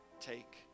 take